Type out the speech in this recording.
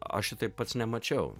aš jį tai pats nemačiau